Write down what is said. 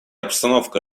обстановка